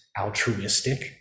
altruistic